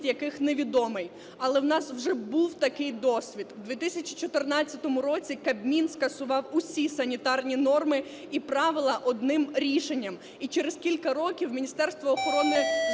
яких невідомий, але у нас вже був такий досвід. В 2014 року Кабмін скасував усі санітарні норми і правила одним рішенням, і через кілька років Міністерство охорони